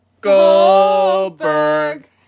Goldberg